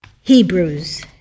Hebrews